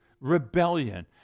rebellion